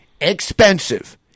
expensive